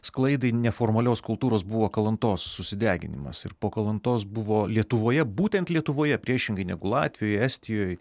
sklaidai neformalios kultūros buvo kalantos susideginimas ir po kalantos buvo lietuvoje būtent lietuvoje priešingai negu latvijoje estijoj